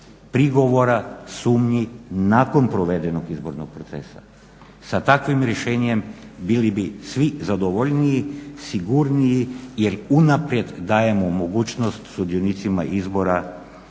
prigovora, sumnji nakon provedenog izbornog procesa. Sa takvim rješenjem bili bi svi zadovoljniji, sigurniji jer unaprijed dajemo mogućnost sudionicima izbora